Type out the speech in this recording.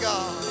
God